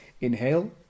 inhale